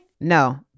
No